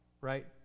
right